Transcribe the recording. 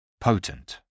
Potent